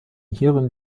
hierin